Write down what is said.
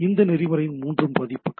இது நெறிமுறையின் 3 பதிப்புகள்